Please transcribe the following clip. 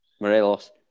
Morelos